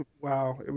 wow